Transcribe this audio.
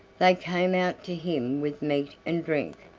they came out to him with meat and drink,